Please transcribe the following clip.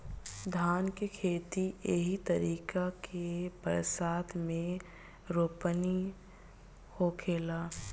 धान के खेती एही तरीका के बरसात मे रोपनी होखेला